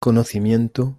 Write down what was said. conocimiento